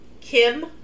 Kim